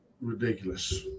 Ridiculous